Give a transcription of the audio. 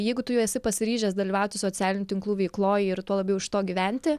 jeigu tu jau esi pasiryžęs dalyvauti socialinių tinklų veikloj ir tuo labiau iš to gyventi